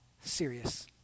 serious